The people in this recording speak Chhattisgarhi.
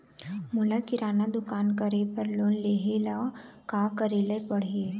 मोला किराना दुकान करे बर लोन लेहेले का करेले पड़ही?